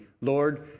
Lord